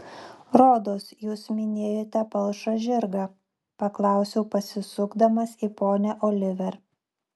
rodos jūs minėjote palšą žirgą paklausiau pasisukdamas į ponią oliver